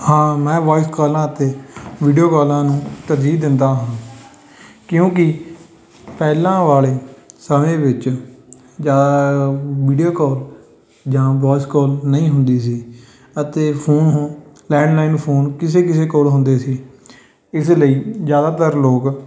ਹਾਂ ਮੈਂ ਵੋਆਈਸ ਕੋਲਾਂ ਅਤੇ ਵੀਡੀਓ ਕੋਲਾਂ ਨੂੰ ਤਰਜੀਹ ਦਿੰਦਾ ਹਾਂ ਕਿਉਂਕਿ ਪਹਿਲਾਂ ਵਾਲੇ ਸਮੇਂ ਵਿੱਚ ਜਾ ਵੀਡੀਓ ਕੋਲ ਜਾਂ ਵੋਆਇਸ ਕੋਲ ਨਹੀਂ ਹੁੰਦੀ ਸੀ ਅਤੇ ਫੋਨ ਲੈਂਡਲਾਈਨ ਫੋਨ ਕਿਸੇ ਕਿਸੇ ਕੋਲ ਹੁੰਦੇ ਸੀ ਇਸ ਲਈ ਜ਼ਿਆਦਾਤਰ ਲੋਕ